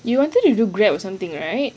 you wanted to do grab or something right